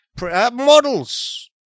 Models